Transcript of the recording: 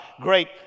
great